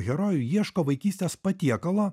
herojų ieško vaikystės patiekalo